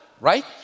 right